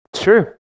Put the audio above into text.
True